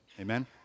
Amen